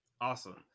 awesome